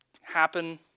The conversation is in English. happen